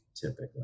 typically